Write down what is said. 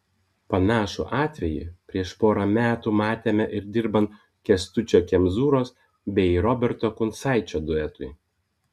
panašų atvejį prieš porą metų matėme ir dirbant kęstučio kemzūros bei roberto kuncaičio duetui